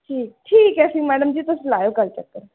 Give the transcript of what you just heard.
ठीक ठीक ऐ फ्ही मैडम जी तुस लाएओ कल्ल चक्कर